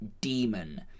demon